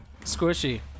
squishy